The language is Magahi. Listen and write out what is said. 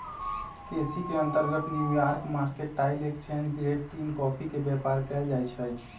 केसी के अंतर्गत न्यूयार्क मार्केटाइल एक्सचेंज ग्रेड तीन कॉफी के व्यापार कएल जाइ छइ